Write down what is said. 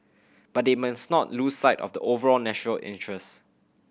but they must not lose sight of the overall national interest